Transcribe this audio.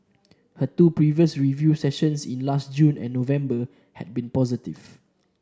her two previous review sessions in last June and November had been positive